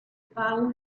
pago